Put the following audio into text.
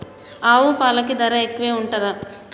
ఆవు పాలకి ధర ఎక్కువే ఉంటదా?